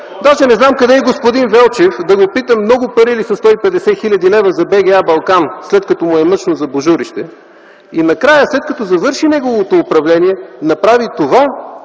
Даже не знам къде е господин Велчев да го питам много пари ли са 150 хил. лв. за БГА „Балкан”, след като му е мъчно за „Божурище”. И накрая след като завърши неговото управление, направи това,